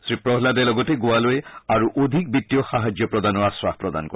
শ্ৰীপ্ৰহাদে লগতে গোৱালৈ আৰু অধিক বিত্তীয় সাহায্য প্ৰদানৰ আখাস প্ৰদান কৰে